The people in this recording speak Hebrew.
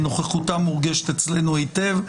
נוכחותם מורגשת אצלנו היטב.